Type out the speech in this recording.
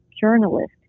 journalist